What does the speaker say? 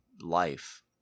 life